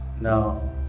Now